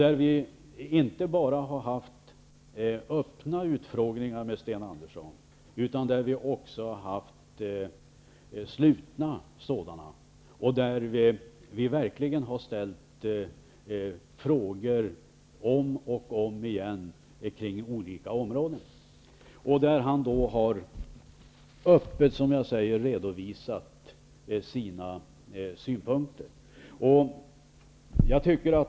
Vi har inte haft bara öppna utfrågningar med Sten Andersson, utan vi har även haft slutna utfrågningar. Vi har verkligen ställt frågor om och om igen kring olika områden. Sten Andersson har då öppet redovisat sina synpunkter.